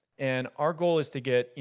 and our goal is to get, you